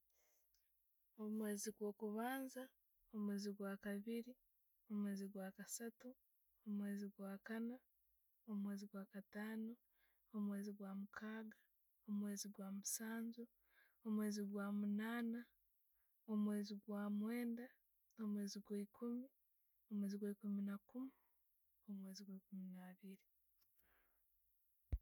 Omweezi gwo kubanza, omweezi gwakabiiri, omweezi gwakasattu, omweezi gwa'kaaana, omweezi gwa'kataano, omweezi gwa mukaaga, omweezi gwa musanju, omweezi gwa munana, omweezi gwa omwendah, omweezi gwe ekuumi, omweezi gwa ekiimu nakkiimu, omweezi gwa ekuumi naibiiri.